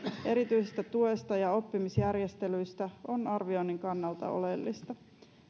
erityisestä tuesta ja oppimisjärjestelyistä on arvioinnin kannalta oleellista